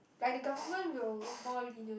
like the government will more lenient